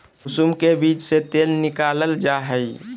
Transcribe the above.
कुसुम के बीज से तेल निकालल जा हइ